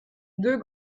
deux